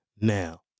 Now